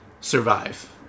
survive